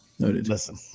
Listen